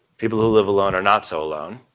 people who live alone are not so alone.